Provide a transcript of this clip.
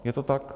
Je to tak?